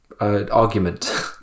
argument